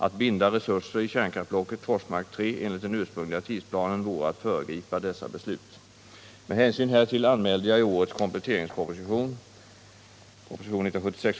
Att binda resurser i kärnkraftsblocket Forsmark 3 enligt den ursprungliga tidsplanen vore att föregripa dessa beslut. Med hänsyn härtill anmälde jag i årets kompletteringsproposition (prop. 1976/77:150 bil.